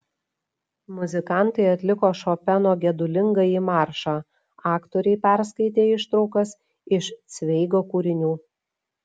muzikantai atliko šopeno gedulingąjį maršą aktoriai perskaitė ištraukas iš cveigo kūrinių